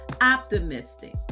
optimistic